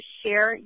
share